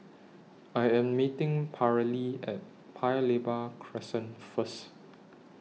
I Am meeting Paralee At Paya Lebar Crescent First